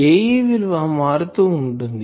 Ae విలువ మారుతూ వుంటుంది